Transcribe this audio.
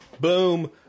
Boom